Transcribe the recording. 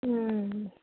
ಹ್ಞೂ